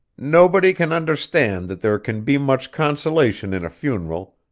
nobody can understand that there can be much consolation in a funeral,